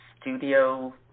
studio